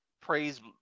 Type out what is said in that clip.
praise